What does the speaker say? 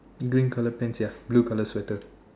green color pants ya blue color sweater